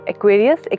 Aquarius